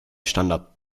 standard